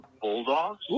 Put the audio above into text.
Bulldogs